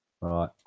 Right